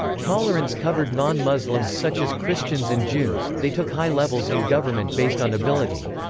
tolerance covered non-muslims such as christians and jews they took high levels in government based on ability.